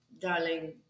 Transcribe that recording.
darling